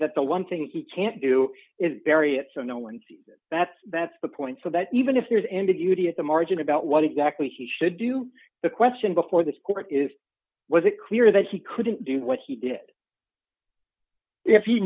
that the one thing he can't do is very it's a no win that's that's the point so that even if there's end of duty at the margin about what exactly he should do the question before this court is was it clear that he couldn't do what he did if